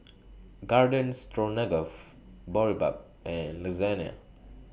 Garden Boribap and Lasagna